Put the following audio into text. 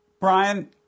Brian